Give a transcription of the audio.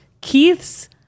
Keith's